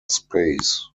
space